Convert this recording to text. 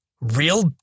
real